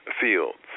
fields